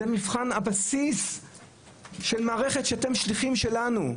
זה מבחן הבסיס של מערכת שאתם שליחים שלנו.